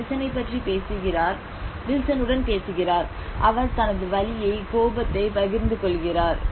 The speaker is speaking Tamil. வில்சனைப் பற்றி பேசுகிறார் வில்சனுடன் பேசுகிறார் அவர் தனது வலியை கோபத்தை பகிர்ந்து கொள்கிறார்